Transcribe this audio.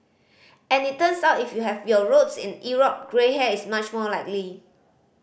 and it turns out if you have your roots in Europe grey hair is much more likely